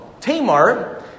Tamar